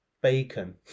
bacon